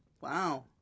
Wow